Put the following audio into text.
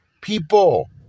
People